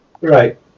Right